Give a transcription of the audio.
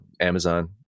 Amazon